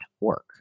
work